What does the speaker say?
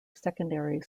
secondary